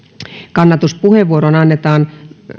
kannatuspuheenvuoro annetaan